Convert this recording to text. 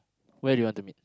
where do you want to meet